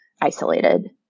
isolated